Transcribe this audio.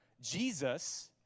Jesus